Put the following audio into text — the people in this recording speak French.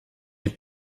est